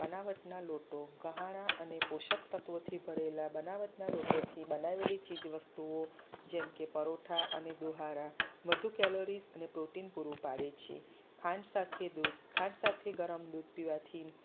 બનાવટના લોટો ગહાના અને પોષકતત્વોથી ભરેલા બનાવટના લોટોથી બનાવેલી ચીઝ વસ્તુઓ જેમકે પરોઠા અને દોહારા વધુ કેલરીઝ અને પ્રોટીન પૂરું પાડે છે ખાંડ સાથે દૂધ ખાંડ સાથે ગરમ દૂધ પીવાથી